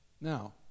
Now